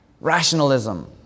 Rationalism